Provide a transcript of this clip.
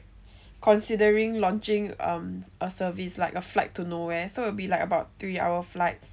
considering launching um a service like a flight to nowhere so it'll be like about three hour flights